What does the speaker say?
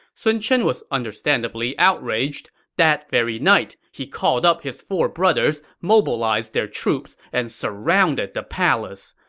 sun chen was understandably outraged. that very night, he called up his four brothers, mobilized their troops, and surrounded the palace.